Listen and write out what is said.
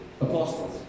apostles